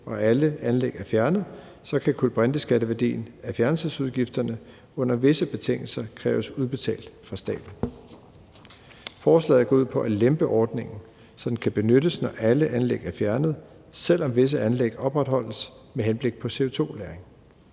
og alle anlæg er fjernet, så kan kulbrinteskatteværdien af fjernelsesudgifterne under visse betingelser kræves udbetalt fra staten. Forslaget går ud på at lempe ordningen, så den kan benyttes, når alle anlæg er fjernet, selv om visse anlæg opretholdes med henblik på CO2-lagring.